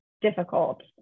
difficult